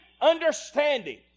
understanding